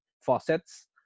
faucets